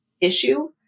issue